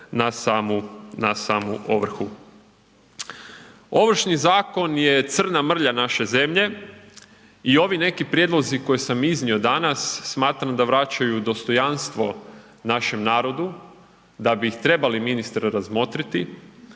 na samu ovrhu. Ovršni zakon je crna mrlja naše zemlje i ovi neki prijedlozi koje sam iznio danas smatraju da vraćaju dostojanstvo našem narodu, da bi ih trebali ministre razmotriti.